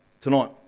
tonight